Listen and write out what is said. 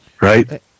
right